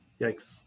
Yikes